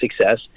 success